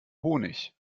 honig